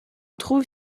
trouve